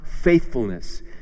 faithfulness